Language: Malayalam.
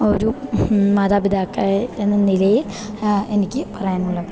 ഒരു മാതാപിതാക്കൾ എന്ന നിലയിൽ എനിക്ക് പറയാനുള്ളത്